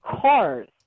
cars